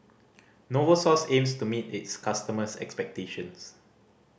Novosource aims to meet its customers' expectations